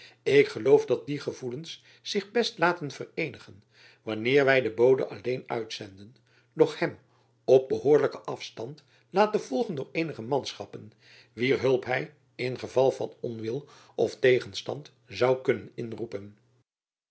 ik geloof dat die gevoelens zich best laten vereenigen wanneer wy den bode alleen uitzenden doch hem op behoorlijken afstand laten volgen door eenige manschappen wier hulp hy in geval van onwil of tegenstand zoû kunnen inroepen